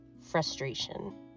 frustration